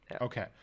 Okay